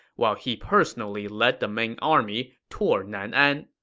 while he personally led the main army toward nan'an.